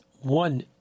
one